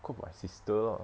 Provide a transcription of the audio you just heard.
cook my sister lah